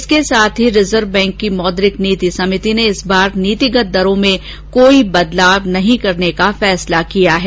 इसके साथ ही रिजर्व बैंक की मौद्रिक नीति समिति ने इस बार नीतिगत दरो में कोई बदलाव नहीं करने की घोषणा की है